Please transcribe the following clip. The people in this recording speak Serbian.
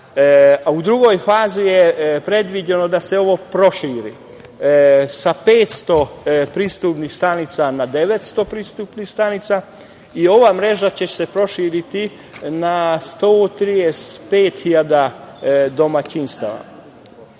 drugoj fazi je predviđeno da se ovo proširi. Sa 500 pristupnih stanica na 900 pristupnih stanica i ova mreža će se proširiti na 135.000 domaćinstava.